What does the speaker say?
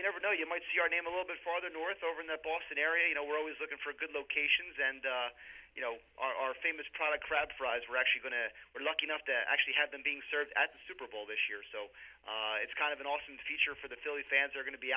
you never know you might see our name a little bit farther north over the boston area you know we're always looking for good locations and you know our famous product crab fries are actually going to we're lucky enough to actually have them being served at super bowl this year so it's kind of an awesome future for the phillies fans are going to be